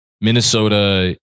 Minnesota